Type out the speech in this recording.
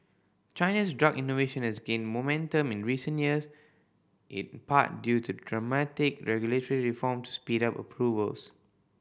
China's drug innovation has gained momentum in recent years in part due to dramatic regulatory reforms to speed up approvals